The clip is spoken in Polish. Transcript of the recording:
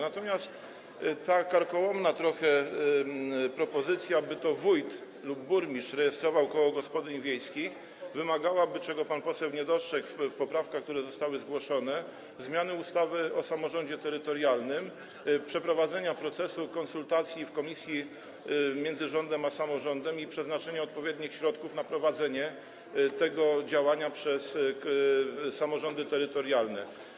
Natomiast realizacja tej trochę karkołomnej propozycji, aby to wójt lub burmistrz rejestrował koło gospodyń wiejskich, wymagałaby, czego pan poseł nie dostrzegł, czego nie ma w poprawkach, które zostały zgłoszone, zmiany ustawy o samorządzie terytorialnym, przeprowadzenia procesu konsultacji w komisji między rządem a samorządem i przeznaczenia odpowiednich środków na prowadzenie tego działania przez samorządy terytorialne.